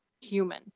human